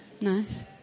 Nice